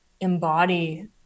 embody